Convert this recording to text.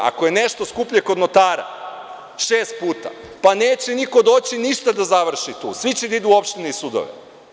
Ako je nešto skuplje kod notara šest puta, neće niko doći ništa da završi tu, svi će da idu u opštine i sudove.